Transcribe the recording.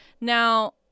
Now